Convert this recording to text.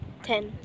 Ten